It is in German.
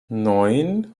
neun